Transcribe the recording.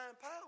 power